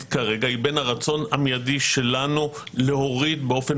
כרגע היא בין הרצון המיידי שלנו להוריד באופן